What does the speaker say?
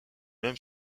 même